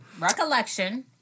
Recollection